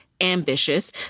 ambitious